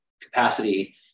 capacity